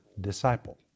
disciple